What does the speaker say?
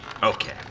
Okay